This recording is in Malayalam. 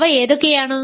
അവ ഏതൊക്കെയാണ്